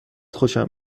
خوشم